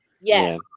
Yes